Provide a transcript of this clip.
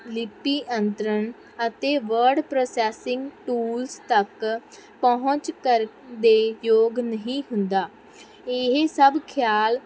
ਲਿਪੀ ਅੰਤਰਣ ਅਤੇ ਵਰਡ ਪ੍ਰੋਸੈਸਿੰਗ ਟੂਲਸ ਤੱਕ ਪਹੁੰਚ ਕਰ ਦੇ ਯੋਗ ਨਹੀਂ ਹੁੰਦਾ ਇਹ ਸਭ ਖਿਆਲ